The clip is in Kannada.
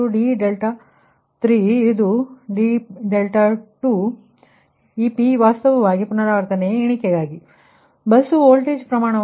ಆದ್ದರಿಂದ ಬಸ್ ವೋಲ್ಟೇಜ್ ಪ್ರಮಾಣವನ್ನು ನಿಗದಿಪಡಿಸಲಾಗಿದೆ ಅದು V2 ಪ್ರಮಾಣ 1